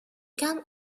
came